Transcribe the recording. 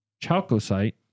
chalcosite